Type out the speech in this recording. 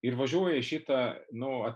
ir važiuoja šitą nu